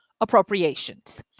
appropriations